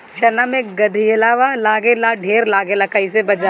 चना मै गधयीलवा लागे ला ढेर लागेला कईसे बचाई?